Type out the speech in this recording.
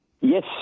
Yes